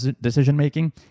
decision-making